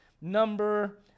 number